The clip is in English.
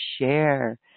share